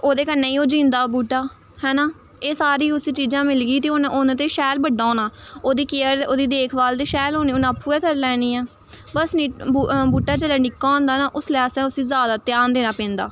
ओह्दे कन्नै गै ओह् जींदा बूह्टा है ना एह् सारे उस चीजां मिलगी ते उन्न ते उन्न शैल बड्डा होना ओह्दी केयर ओह्दी देख भाल ते शैल होनी उन्न आपूं गै करी लैनी ऐ बस बूह्टा जिसलै निक्का होंदा ना उसलै उस्सी जैदा ध्यान देना पैंदा